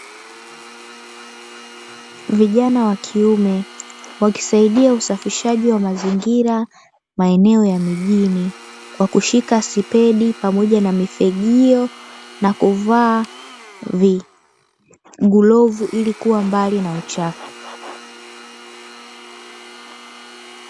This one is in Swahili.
Vijana wa kiume wakisaidia usafishaji wa mazingira maeneo ya mijini, kwa kushika spedi pamoja na mifagio na kuvaa glovu, ili kuwa mbali na uchafu.